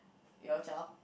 your child